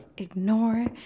Ignore